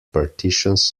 partitions